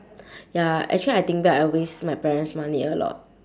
ya actually I think back I waste my parents' money a lot